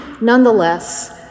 Nonetheless